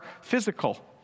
physical